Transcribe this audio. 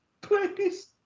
please